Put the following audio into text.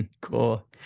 cool